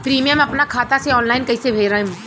Premium अपना खाता से ऑनलाइन कईसे भरेम?